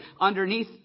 underneath